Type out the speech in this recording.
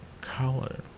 color